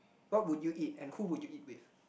what would you eat and who would you eat with